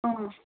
ꯑꯥ